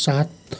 सात